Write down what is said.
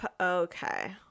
Okay